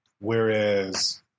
Whereas